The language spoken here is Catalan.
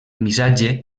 missatge